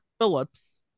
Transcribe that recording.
Phillips